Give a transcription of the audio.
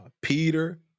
Peter